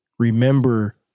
Remember